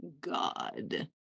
god